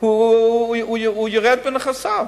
הוא ירד מנכסיו.